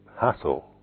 hassle